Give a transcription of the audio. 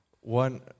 one